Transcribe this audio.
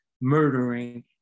murdering